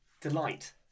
delight